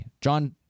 John